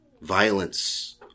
Violence